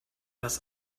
dass